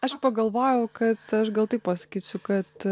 aš pagalvojau kad aš gal taip pasakysiu kad